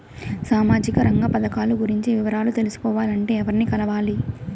సామాజిక రంగ పథకాలు గురించి వివరాలు తెలుసుకోవాలంటే ఎవర్ని కలవాలి?